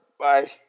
Bye